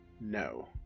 No